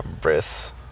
Briss